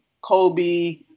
Kobe